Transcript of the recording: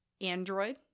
android